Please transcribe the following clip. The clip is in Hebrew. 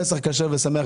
פסח כשר ושמח,